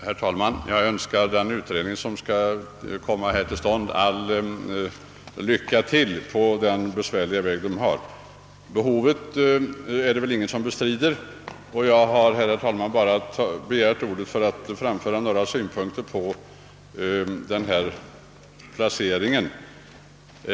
Herr talman! Jag önskar utredningen lycka till på den besvärliga vägen! Behovet av ett nytt riksdagshus är det ingen som bestrider, och jag har, herr talman, endast begärt ordet för att framföra några synpunkter på placeringen.